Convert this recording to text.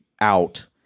out